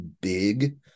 big